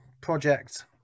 project